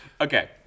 Okay